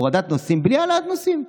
הורדת נוסעים, בלי העלאת נוסעים?